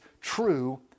true